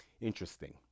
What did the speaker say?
Interesting